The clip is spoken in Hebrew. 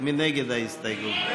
ההסתייגות?